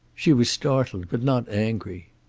she was startled, but not angry.